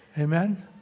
Amen